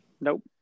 Nope